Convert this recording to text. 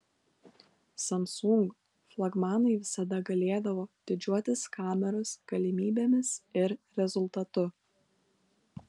samsung flagmanai visada galėdavo didžiuotis kameros galimybėmis ir rezultatu